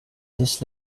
this